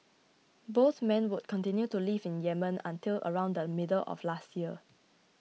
both men would continue to live in Yemen until around the middle of last year